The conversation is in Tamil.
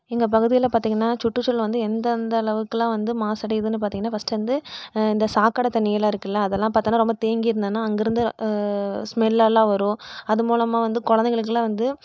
எங்கள் பகுதியில பார்த்திங்கன்னா சுற்றுச்சூழல் வந்து எந்தெந்த அளவுக்கெல்லாம் வந்த மாசு அடையுதுனு பார்த்திங்கன்னா ஃபஸ்ட்டு வந்து இந்த சாக்கடை தண்ணியெல்லாம் இருக்குல்ல அதெல்லாம் பார்த்தனா ரொம்ப தேங்கியிருந்தனால் அங்கேருந்து ஸ்மெல் எல்லா வரும் அதுமூலமாக வந்து குழந்தைங்களுக்கெல்லாம் வந்து